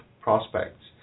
prospects